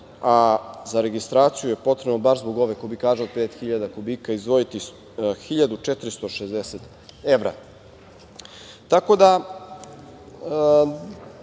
a za registraciju je potrebno baš zbog ove kubikaže od 5.000 kubika, izdvojiti 1.460 evra.I tabela